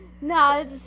No